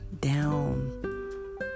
down